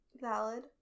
valid